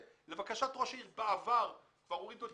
לבקשת ראש העירייה בעבר כבר הורידו את